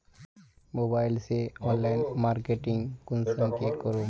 Mobile से online marketing कुंसम के करूम?